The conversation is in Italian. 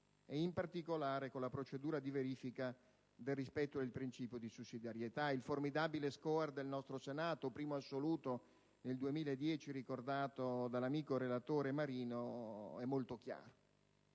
e in particolare con la procedura di verifica del rispetto del principio di sussidiarietà. Il formidabile *score* del nostro Senato (primo assoluto nel 2010), ricordato dall'amico relatore Marino, è molto chiaro.